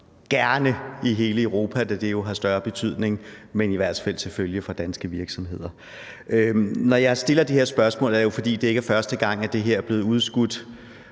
gerne i hele Europa, da det jo har større betydning, men i hvert tilfælde selvfølgelig for danske virksomheder. Når jeg stiller det her spørgsmål, er det jo, fordi det ikke er første gang, at det her er blevet udskudt.